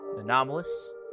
anomalous